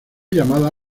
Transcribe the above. llamada